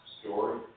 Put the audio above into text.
Story